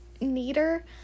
neater